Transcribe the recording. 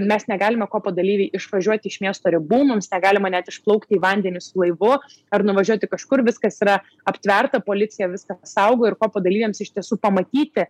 mes negalime kopo dalyviai išvažiuoti iš miesto ribų mums negalima net išplaukti į vandenį su laivu ar nuvažiuoti kažkur viskas yra aptverta policija viską saugo ir kopo dalyviams iš tiesų pamatyti